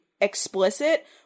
explicit